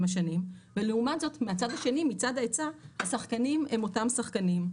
השנים ולעומת זאת מהצד השני מצד ההיצע השחקנים הם אותם שחקנים,